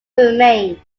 remain